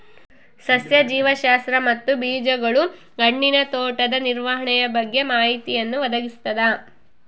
ಸಸ್ಯ ಜೀವಶಾಸ್ತ್ರ ಮತ್ತು ಬೀಜಗಳು ಹಣ್ಣಿನ ತೋಟದ ನಿರ್ವಹಣೆಯ ಬಗ್ಗೆ ಮಾಹಿತಿಯನ್ನು ಒದಗಿಸ್ತದ